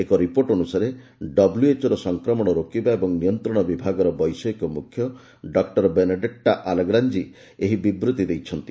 ଏକ ରିପୋର୍ଟ ଅନୁସାରେ ଡବ୍ଲ୍ୟଏଚ୍ଓ ର ସଂକ୍ରମଣ ରୋକିବା ଓ ନିୟନ୍ତ୍ରଣ ବିଭାଗର ବୈଷୟିକ ମୁଖ୍ୟ ଡକୁର ବେନେଡେଟ୍ଟା ଆଲେଗ୍ରାଞ୍ଜି ଏହି ବିବୃତ୍ତି ଦେଇଛନ୍ତି